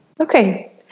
Okay